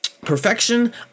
perfection